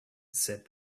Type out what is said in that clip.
said